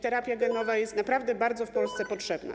Terapia genowa jest naprawdę bardzo w Polsce potrzebna.